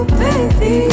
baby